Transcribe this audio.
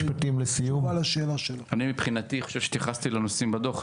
חושב שהתייחסתי לכל הנושאים בדוח.